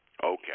Okay